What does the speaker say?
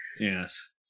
yes